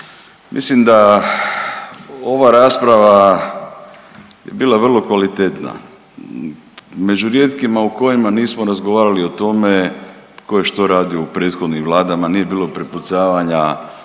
Mislim da ova rasprava je bila vrlo kvalitetna, među rijetkima u kojima nismo razgovarali o tome tko je što radio u prethodnim vladama, nije bilo prepucavanja